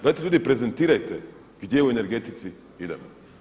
Dajte ljudi prezentirajte gdje u energetici idemo.